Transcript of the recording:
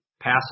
Pass